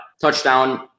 touchdown